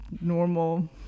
normal